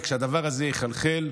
וכשהדבר הזה יחלחל,